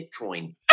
Bitcoin